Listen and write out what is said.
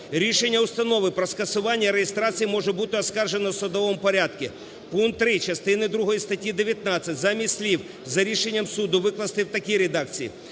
"Рішення установи про скасування реєстрації може бути оскаржено в судовому порядку". Пункт 3 частини другої статті 19 замість слів "за рішенням суду" викласти в такій редакції: